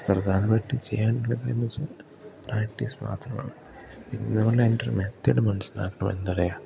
പ്രധാനമായിട്ട് ചെയ്യേണ്ടതെന്നു വെച്ചാൽ പ്രാക്ടീസ് മാത്രമാണ് പിന്നെന്ന് പറഞ്ഞ അതിൻ്റെ ഒരു മെത്തേഡ് മനസ്സിലാക്കണം എന്താ പറയാ